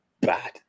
bad